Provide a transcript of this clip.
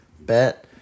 bet